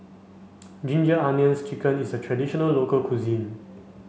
ginger onions chicken is a traditional local cuisine